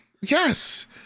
Yes